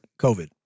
COVID